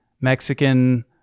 mexican